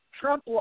Trump